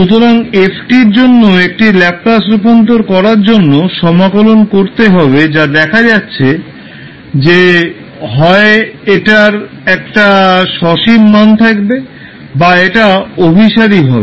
সুতরাং f এর জন্য একটি ল্যাপলাস রূপান্তর করার জন্য সমাকলন করতে হবে যা দেখা যাচ্ছে যে হয় এটার একটা সসীম মান থাকবে বা এটা অভিসারি হবে